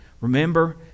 Remember